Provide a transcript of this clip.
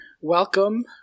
welcome